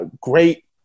great